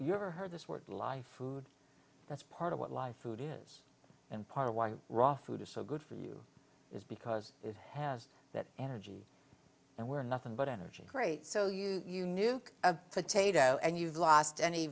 you ever heard this word life food that's part of what life it is and part of why raw food is so good for you is because it has that energy and we're nothing but energy great so you you knew a potato and you've lost any